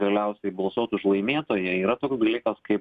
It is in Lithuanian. galiausiai balsuos už laimėtoją yra toks dalykas kaip